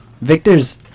Victor's